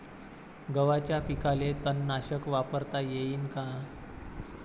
गव्हाच्या पिकाले तननाशक वापरता येईन का?